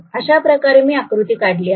अशाप्रकारे मी आकृती काढली आहे